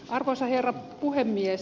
arvoisa herra puhemies